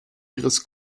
ihres